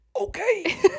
Okay